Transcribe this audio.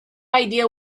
idea